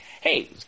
hey